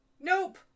Nope